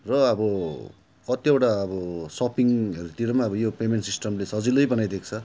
र अब कतिवटा अब सपिङहरूतिर पनि अब यो पेमेन्ट सिस्टमले सजिलै बनाइदिएको छ